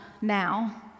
now